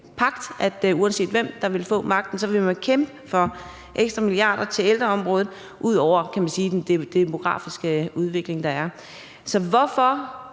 pagt, at uanset hvem der ville få magten, ville man kæmpe for ekstra milliarder til ældreområdet ud over den demografiske udvikling, der er, så hvorfor